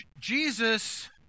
Jesus